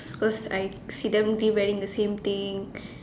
cause I see them keep wearing the same thing